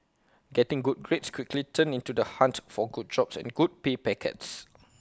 getting good grades quickly turned into the hunt for good jobs and good pay packets